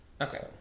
Okay